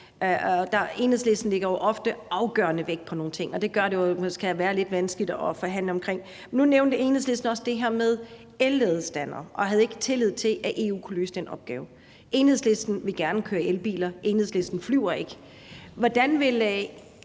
Enhedslisten lægger jo ofte afgørende vægt på nogle ting, og det gør, at det jo måske kan være lidt vanskeligt at forhandle. Nu nævnte Enhedslisten også det her med elladestandere og havde ikke tillid til, at EU kunne løse den opgave. Enhedslisten vil gerne køre i elbiler, og Enhedslisten flyver ikke.